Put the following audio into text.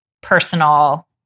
personal